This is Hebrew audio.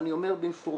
ואני אומר במפורש,